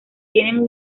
tienen